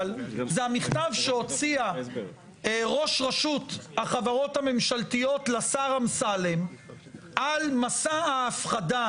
זה המכתב שהוציאה ראש רשות החברות הממשלתיות לשר אמסלם על מסע ההפחדה